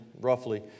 roughly